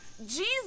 Jesus